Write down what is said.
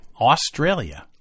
Australia